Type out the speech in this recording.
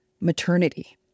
Maternity